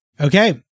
Okay